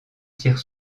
tire